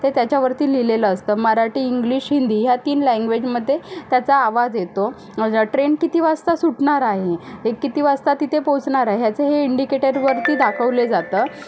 ते त्याच्यावरती लिहिलेलं असतं मराठी इंग्लिश हिंदी ह्या तीन लँग्वेजमध्ये त्याचा आवाज येतो ट्रेन किती वाजता सुटणार आहे ते किती वाजता तिथे पोचणार आहे ह्याचं हे इंडिकेटरवरती दाखवले जातं